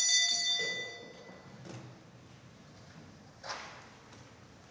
Tak